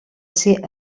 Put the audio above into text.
ser